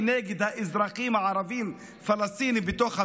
נגד האזרחים הערבים הפלסטינים בתוך המדינה.